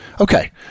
Okay